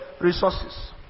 resources